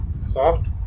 soft